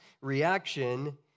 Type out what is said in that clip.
reaction